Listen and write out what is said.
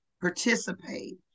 participate